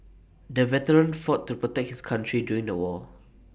the veteran fought to protect his country during the war